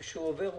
וכשהוא עובר,